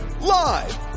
Live